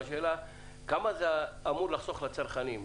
אבל שאלתנו היא כמה זה אמור לחסוך למשתמשים?